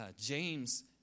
James